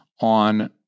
on